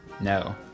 No